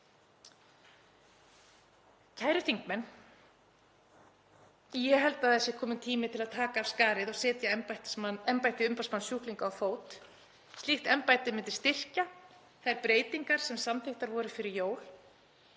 Kæru þingmenn. Ég held að það sé kominn tími til að taka af skarið og setja embætti umboðsmanns sjúklinga á fót. Slíkt embætti myndi styrkja þær breytingar sem samþykktar voru fyrir jól